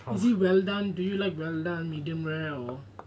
is it well done do you like well done medium rare or